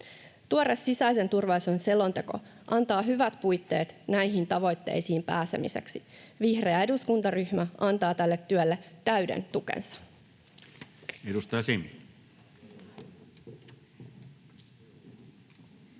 Tuore sisäisen turvallisuuden selonteko antaa hyvät puitteet näihin tavoitteisiin pääsemiseksi. Vihreä eduskuntaryhmä antaa tälle työlle täyden tukensa. [Speech